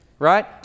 Right